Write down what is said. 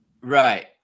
Right